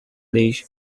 pradesh